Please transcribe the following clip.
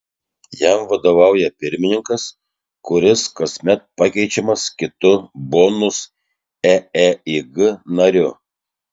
jam vadovauja pirmininkas kuris kasmet pakeičiamas kitu bonus eeig nariu